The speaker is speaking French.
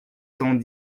cent